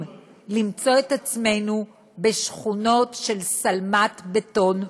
למצוא את עצמנו בשכונות של שלמת בטון ומלט,